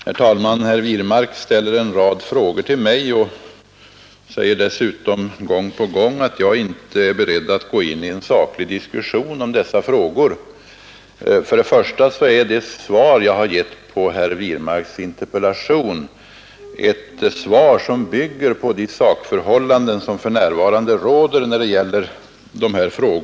Herr talman! Herr Wirmark ställer en rad frågor till mig och säger dessutom gång på gång att jag inte är beredd att gå in i en saklig diskussion i detta ämne. Det svar som jag gett på herr Wirmarks interpellation bygger på rådande sakförhållanden.